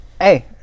Hey